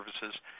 services